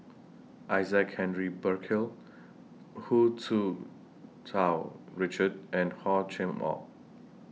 Isaac Henry Burkill Hu Tsu Tau Richard and Hor Chim Or